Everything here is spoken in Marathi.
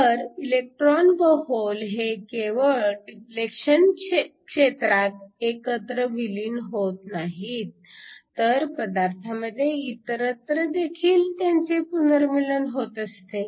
तर इलेकट्रोन्स व होल हे केवळ डिप्लेशन क्षेत्रात एकत्र विलीन होत नाहीत तर पदार्थामध्ये इतरत्र देखील त्यांचे पुनर्मीलन होत असते